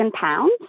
pounds